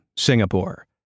Singapore